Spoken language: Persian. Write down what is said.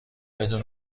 بدون